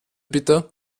bitte